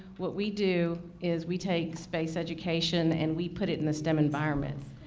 what we do is we take space education and we put it in the stem environment.